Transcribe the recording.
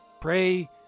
pray